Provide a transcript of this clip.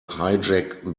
hijack